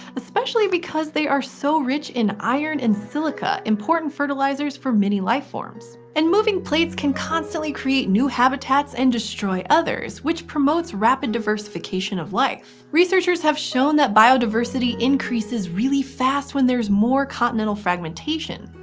especially because they are so rich in iron and silica, important fertilizers for many life forms. and moving plates can constantly create new habitats and destroy others, which promotes rapid diversification of life. researchers have shown that biodiversity increases really fast when there's more continental fragmentation.